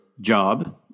job